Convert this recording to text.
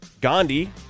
Gandhi